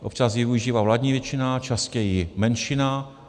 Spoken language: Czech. Občas ji využívá vládní většina, častěji menšina.